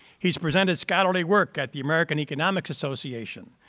he's presented scholarly work at the american economic association,